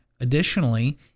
Additionally